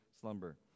slumber